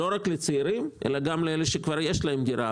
לא רק צעירים אלא גם לאלו שיש להם כבר דירה,